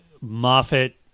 Moffat